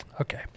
Okay